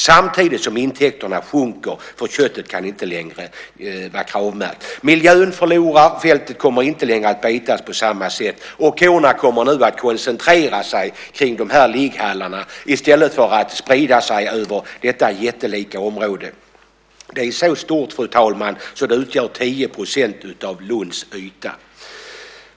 Samtidigt sjunker intäkterna, för köttet kan inte längre vara Kravmärkt. Miljön förlorar; fältet kommer inte längre att betas på samma sätt. Korna kommer nu att koncentrera sig kring ligghallarna i stället för att sprida sig över detta jättelika område. Det är så stort, fru talman, att det utgör 10 % av Lunds yta.